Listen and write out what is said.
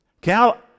Cal